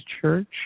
church